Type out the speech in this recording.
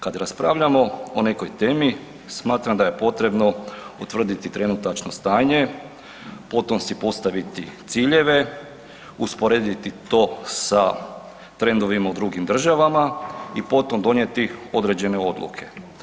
Kad raspravljamo o nekoj temi smatram da je potrebno utvrditi trenutačno stanje, potom si postaviti ciljeve, usporediti to sa trendovima u drugim državama i potom donijeti određene odluke.